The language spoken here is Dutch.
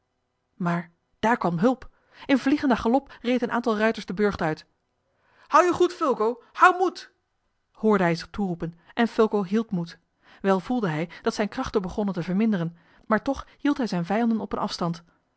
maar daar kwam hulp in vliegenden galop reed een aantal ruiters den burcht uit houd je goed fulco houd moed hoorde hij zich toeroepen en fulco hield moed wel voelde hij dat zijne krachten begonnen te verminderen maar toch hield hij zijne vijanden op een afstand